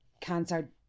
cancer